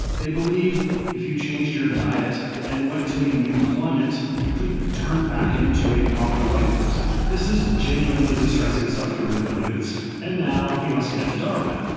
they believed if you changed your diet and went to a new climate you could turn back into a proper white person, this is genuinely distressing stuff to read my dudes. and now we must get to darwin.